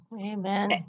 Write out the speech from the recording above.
Amen